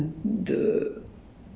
就是 want to